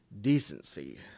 decency